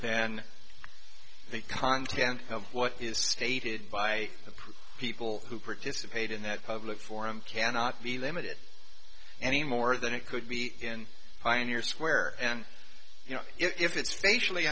then the content of what is stated by the press people who participate in that public forum cannot be limited any more than it could be in pioneer square and you know if it's facially